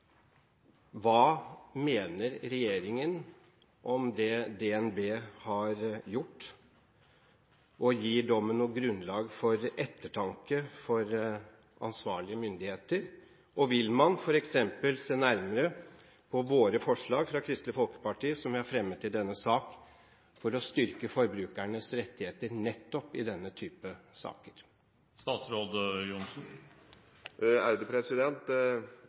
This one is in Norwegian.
Hva mener regjeringen om det DNB har gjort? Gir dommen noe grunnlag for ettertanke hos ansvarlige myndigheter? Vil man f.eks. se nærmere på Kristelig Folkepartis forslag, som vi har fremmet for å styrke forbrukernes rettigheter nettopp i denne type saker?